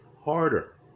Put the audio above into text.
harder